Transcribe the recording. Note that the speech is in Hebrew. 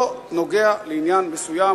לא נוגע לעניין מסוים,